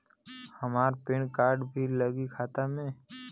हमार PAN card भी लगी खाता में?